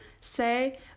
say